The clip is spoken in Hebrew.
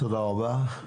תודה רבה.